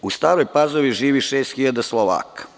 U Staroj Pazovi živi 6.000 Slovaka.